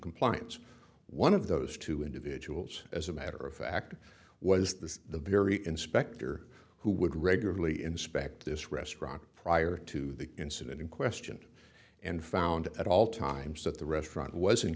compliance one of those two individuals as a matter of fact was this the very inspector who would regularly inspect this restaurant prior to the incident in question and found at all times that the restaurant was in